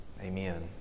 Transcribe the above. Amen